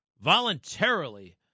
voluntarily